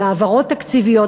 של העברות תקציביות,